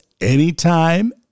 anytime